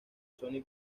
sony